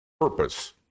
purpose